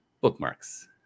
Bookmarks